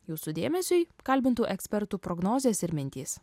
jūsų dėmesiui kalbintų ekspertų prognozės ir mintys